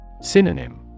Synonym